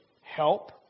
help